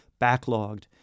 backlogged